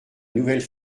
nouvelle